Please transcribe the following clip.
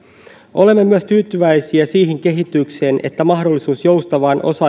olemme myös tyytyväisiä siihen kehitykseen että mahdollisuus joustavaan osa